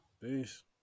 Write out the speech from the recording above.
Peace